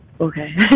okay